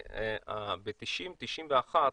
ב-90'-91',